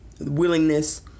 willingness